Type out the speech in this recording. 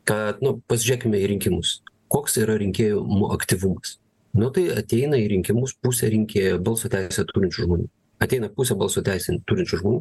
kad nu pasižiūrėkime į rinkimus koks yra rinkėjų aktyvumas nu tai ateina į rinkimus pusė rinkėjų balso teisę turinčių žmonių ateina pusė balso teisę turinčių žmonių